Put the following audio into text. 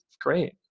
great